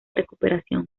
recuperación